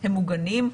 הם מוגנים.